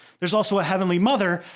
there's also a heavenly mother,